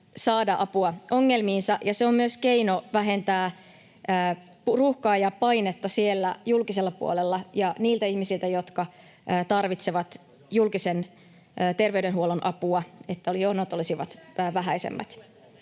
saada apua ongelmiinsa. Se on myös keino vähentää ruuhkaa ja painetta julkisella puolella, niin että niillä ihmisillä, jotka tarvitsevat julkisen terveydenhuollon apua, jonot olisivat vähäisemmät.